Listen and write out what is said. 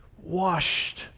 washed